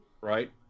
Right